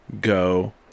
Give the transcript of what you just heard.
go